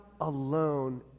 alone